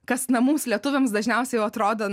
kas na mums lietuviams dažniausiai jau atrodo